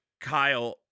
Kyle